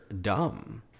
dumb